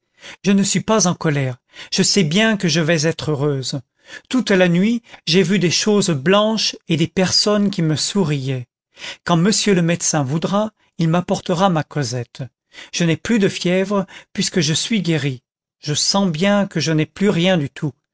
je ne suis pas en colère je sais bien que je vais être heureuse toute la nuit j'ai vu des choses blanches et des personnes qui me souriaient quand monsieur le médecin voudra il m'apportera ma cosette je n'ai plus de fièvre puisque je suis guérie je sens bien que je n'ai plus rien du tout